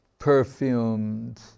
Perfumed